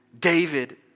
David